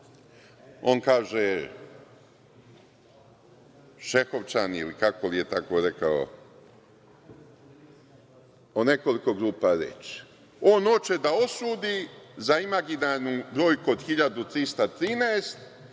On kaže Šehovčani, ili kako li je rekao, o nekoliko grupa je reč. On hoće da osudi za imaginarnu brojku od 1.313